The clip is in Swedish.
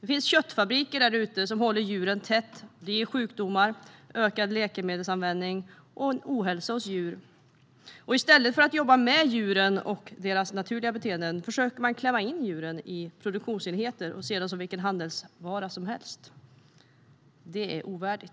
Det finns köttfabriker där ute som håller djuren tätt. Det ger sjukdomar, ökad läkemedelsanvändning och ohälsa hos djur. I stället för att jobba med djuren och deras naturliga beteenden försöker man klämma in dem i produktionsenheter och ser dem som vilken handelsvara som helst. Detta är ovärdigt.